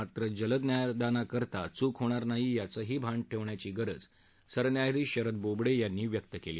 मात्र जलद न्यायदानकरताना चूक होणार नाही याचेही भान ठेवण्याची गरज सरन्यायाधीश शरद बोबडे यांनी व्यक्त केली